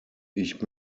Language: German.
ich